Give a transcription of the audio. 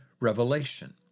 revelation